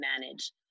manage